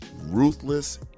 Ruthless